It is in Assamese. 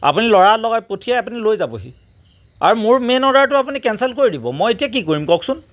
আপুনি ল'ৰা লগাই পঠিয়াই আপুনি লৈ যাবহি আৰু মোৰ মেইন অৰ্ডাৰটো আপুনি কেনচেল কৰি দিব মই এতিয়া কি কৰিম কওকচোন